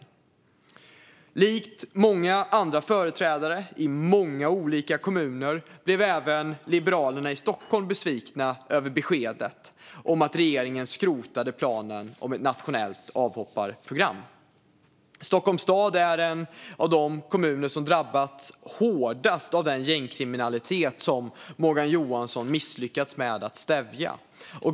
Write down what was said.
I likhet med många andra företrädare i många olika kommuner blev även Liberalerna i Stockholm besvikna över beskedet att regeringen skrotade planen på ett nationellt avhopparprogram. Stockholms stad är en av de kommuner som drabbats hårdast av den gängkriminalitet som Morgan Johansson misslyckats med att stävja.